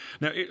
Now